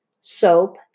soap